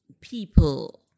people